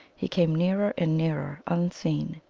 he came nearer and nearer, unseen.